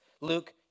Luke